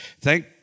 thank